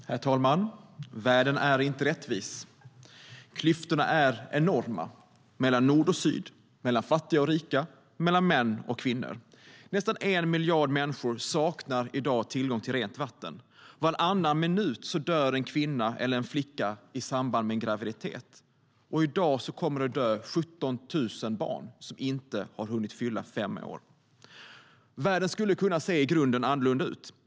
Herr talman! Världen är inte rättvis. Klyftorna är enorma mellan nord och syd, mellan fattiga och rika, mellan män och kvinnor. Nästan en miljard människor saknar i dag tillgång till rent vatten. Varannan minut dör en kvinna eller en flicka i samband med en graviditet, och i dag kommer 17 000 barn som inte har hunnit fylla fem år att dö. Världen skulle kunna se i grunden annorlunda ut.